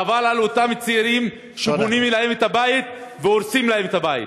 חבל על אותם צעירים שבונים להם את הבית והורסים להם את הבית.